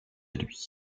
lui